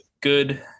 good